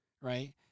right